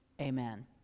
Amen